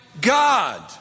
God